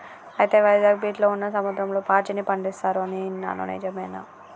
అయితే వైజాగ్ బీచ్లో ఉన్న సముద్రంలో పాచిని పండిస్తారు అని ఇన్నాను నిజమేనా